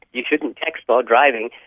you shouldn't text while driving.